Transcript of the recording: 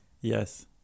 Yes